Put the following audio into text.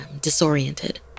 disoriented